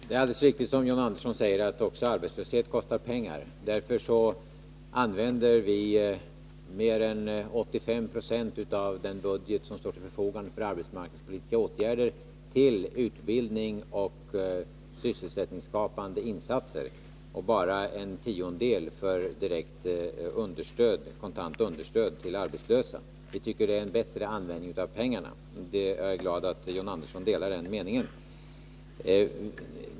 Fru talman! Det är alldeles riktigt som John Andersson säger att arbetslöshet kostar pengar. Därför använder vi mer än 85 90 av den budget som står till förfogande när det gäller arbetsmarknadspolitiska åtgärder till utbildning och sysselsättningsskapande insatser och bara en tiondel för direkt kontant understöd till arbetslösa. Vi tycker det är en bättre användning av pengarna, och jag är glad att John Andersson delar den meningen.